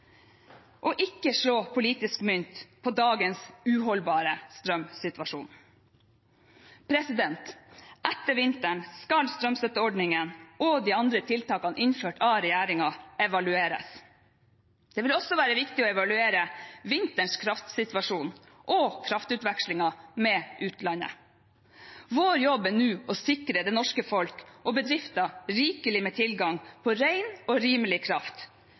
ikke slå politisk mynt på dagens uholdbare strømsituasjon. Etter vinteren skal strømstøtteordningen og de andre tiltakene innført av regjeringen evalueres. Det vil også være viktig å evaluere vinterens kraftsituasjon og kraftutvekslingen med utlandet. Vår jobb er nå å sikre det norske folk og bedrifter rikelig med tilgang på ren og rimelig kraft,